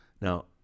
Now